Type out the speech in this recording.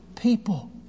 people